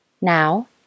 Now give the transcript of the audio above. Now